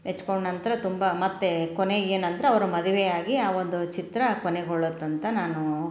ಮೆಚ್ಕೊಂಡ ನಂತರ ತುಂಬ ಮತ್ತೆ ಕೊನೆಗೆ ಏನಂದರೆ ಅವ್ರು ಮದುವೆಯಾಗಿ ಆ ಒಂದು ಚಿತ್ರ ಕೊನೆಗೊಳ್ಳುತ್ತಂತ ನಾನು